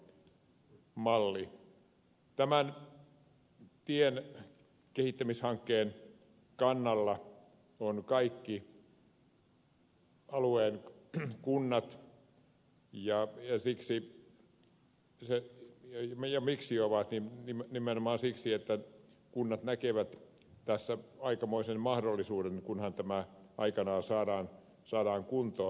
tämän tien kehittämishankkeen kannalla ovat kaikki alueen kunnat ja miksi ovat niin nimenomaan siksi että kunnat näkevät tässä aikamoisen mahdollisuuden kunhan tämä aikanaan saadaan kuntoon